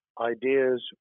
ideas